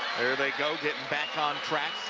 there they go getting back on track